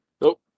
Nope